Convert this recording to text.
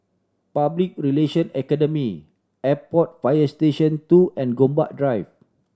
Public Relation Academy Airport Fire Station Two and Gombak Drive